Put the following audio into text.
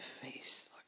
face